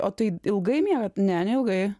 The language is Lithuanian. o tai ilgai miegat ne neilgai